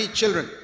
children